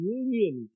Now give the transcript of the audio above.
union